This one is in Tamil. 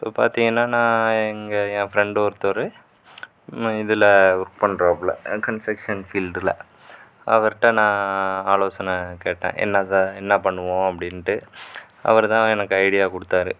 இப்போ பார்த்தீங்கன்னா நா இங்க என் ஃப்ரெண்டு ஒருத்தவரு இதுல ஒர்க் பண்றாப்புல கன்ஸ்ட்ரக்ஷன் ஃபீல்டில் அவர்கிட்ட நான் ஆலோசனை கேட்டேன் என்ன சார் என்ன பண்ணுவோம் அப்படின்ட்டு அவர் தான் எனக்கு ஐடியா கொடுத்தாரு